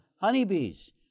honeybees